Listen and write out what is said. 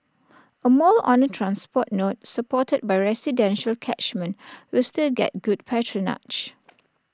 A mall on A transport node supported by residential catchment will still get good patronage